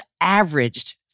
averaged